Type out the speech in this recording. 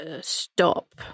stop